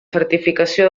certificació